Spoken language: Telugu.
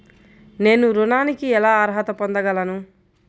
నేను ఋణానికి ఎలా అర్హత పొందగలను?